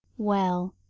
well,